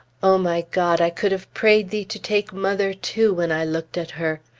o my god! i could have prayed thee to take mother, too, when i looked at her.